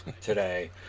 Today